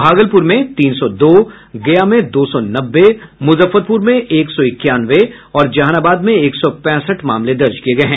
भागलपुर में तीन सौ दो गया में दो सौ नब्बे मुजफ्फरपुर में एक सौ इक्यानवे और जहानाबाद में एक सौ पैंसठ मामले दर्ज किये गये हैं